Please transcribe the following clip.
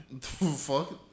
Fuck